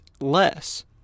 less